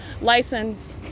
License